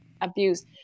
abuse